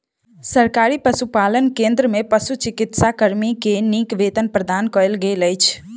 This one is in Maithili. सरकारी पशुपालन केंद्र में पशुचिकित्सा कर्मी के नीक वेतन प्रदान कयल गेल अछि